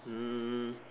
um